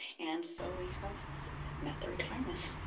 and so we have met the requirements.